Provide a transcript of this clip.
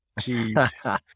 Jeez